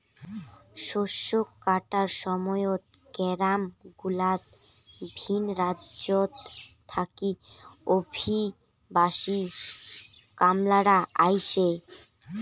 শস্য কাটার সময়ত গেরামগুলাত ভিন রাজ্যত থাকি অভিবাসী কামলারা আইসে